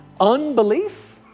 unbelief